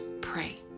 pray